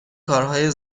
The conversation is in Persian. کارهای